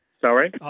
Sorry